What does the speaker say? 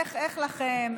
איך לכם?